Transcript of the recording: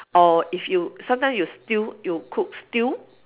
or if you sometimes you stew you cook stew